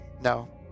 No